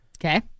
Okay